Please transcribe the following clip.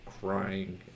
crying